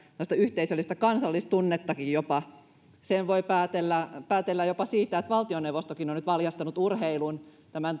ja jopa yhteisöllistä kansallistunnettakin sen voi päätellä jopa siitä että valtioneuvostokin on nyt valjastanut urheilun tämän